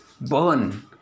burn